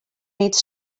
made